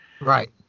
Right